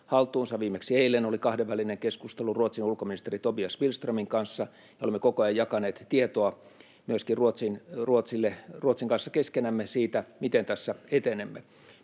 haltuunsa: viimeksi eilen oli kahdenvälinen keskustelun Ruotsin ulkoministeri Tobias Billströmin kanssa. Olemme koko ajan jakaneet tietoa Ruotsin kanssa keskenämme siitä, miten tässä etenemme.